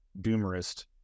doomerist